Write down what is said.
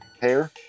hair